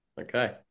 Okay